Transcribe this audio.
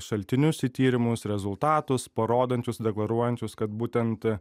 šaltinius į tyrimus rezultatus parodančius deklaruojančius kad būtent